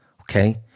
okay